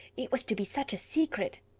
it was to be such a secret!